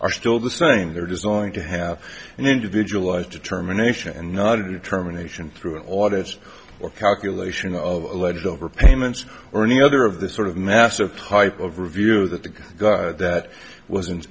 are still the same they're just going to have an individualized determination and not a determination through an audit or calculation of alleged over payments or any other of this sort of massive type of review that the that was